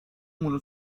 مونو